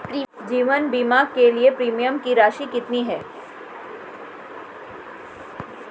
जीवन बीमा के लिए प्रीमियम की राशि कितनी है?